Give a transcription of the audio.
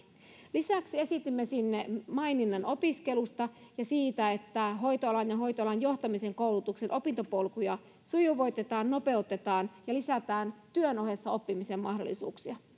lisäksi esitimme sinne maininnan opiskelusta ja siitä että hoitoalan ja hoitoalan johtamisen koulutuksen opintopolkuja sujuvoitetaan nopeutetaan ja lisätään työn ohessa oppimisen mahdollisuuksia